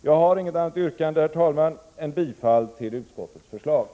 Jag har inget annat yrkande, herr talman, än bifall till utskottets hemställan.